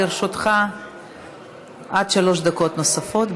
לרשותך עד שלוש דקות נוספות.